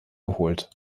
geholt